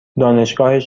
دانشگاهش